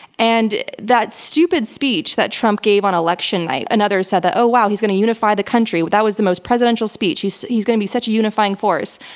and that stupid speech that trump gave on election night, another said that, oh, wow, he's going to unify the country, but that was the most presidential speech. he's he's going to be such a unifying unifying force.